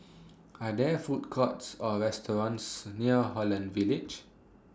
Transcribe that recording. Are There Food Courts Or restaurants near Holland Village